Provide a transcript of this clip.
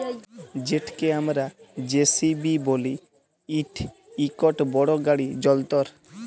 যেটকে আমরা জে.সি.বি ব্যলি ইট ইকট বড় গাড়ি যল্তর